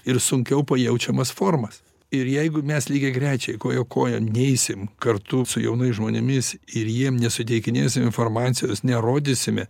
ir sunkiau pajaučiamas formas ir jeigu mes lygiagrečiai koja kojon neeisim kartu su jaunais žmonėmis ir jiem nesuteikinėsim informacijos nerodysime